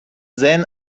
then